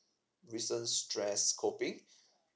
recent stress coping